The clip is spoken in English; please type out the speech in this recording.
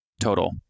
total